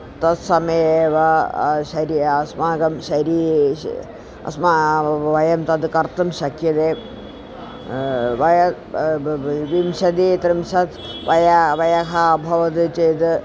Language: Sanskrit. तत्समये एव शरीरम् अस्माकं शरीरम् अस्माकं वयं तद् कर्तुं शक्यते वयं विंशतिः त्रिंशत् वयः वयः अभवत् चेत्